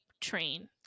train